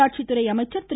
உள்ளாட்சி துறை அமைசச்ர் திரு